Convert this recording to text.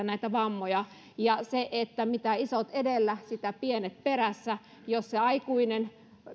näitä vammoja mitä isot edellä sitä pienet perässä jos se aikuinen